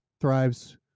thrives